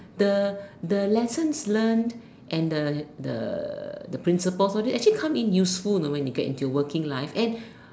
the the lessons learnt and the the principle for it actually comes in useful you know when you come in working life